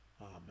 Amen